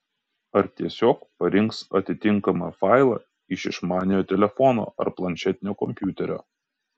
ar tiesiog parinks atitinkamą failą iš išmaniojo telefono ar planšetinio kompiuterio